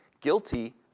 Guilty